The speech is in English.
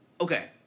okay